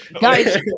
Guys